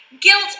guilt